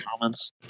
comments